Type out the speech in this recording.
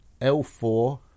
L4